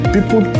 People